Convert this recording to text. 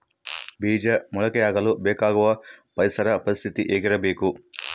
ಬೇಜ ಮೊಳಕೆಯಾಗಲು ಬೇಕಾಗುವ ಪರಿಸರ ಪರಿಸ್ಥಿತಿ ಹೇಗಿರಬೇಕು?